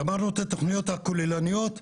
גמרנו את התוכניות הכוללניות,